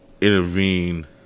intervene